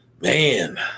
man